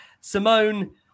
Simone